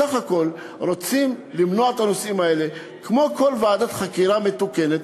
בסך הכול רוצים למנוע את הנושאים האלה כמו כל ועדת חקירה מתוקנת,